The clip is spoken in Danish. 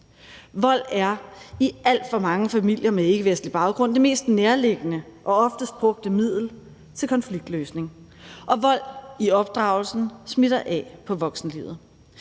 Vold er i alt for mange familier med ikkevestlig baggrund det mest nærliggende og oftest brugte middel til konfliktløsning, og vold i opdragelsen smitter af på voksenlivet.